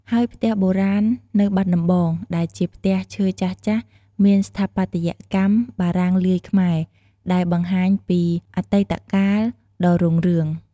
ហើយផ្ទះបុរាណនៅបាត់ដំបង ដែលជាផ្ទះឈើចាស់ៗមានស្ថាបត្យកម្មបារាំងលាយខ្មែរ ដែលបង្ហាញពីអតីតកាលដ៏រុងរឿង។